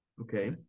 Okay